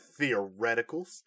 theoreticals